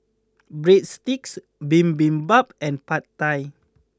Breadsticks Bibimbap and Pad Thai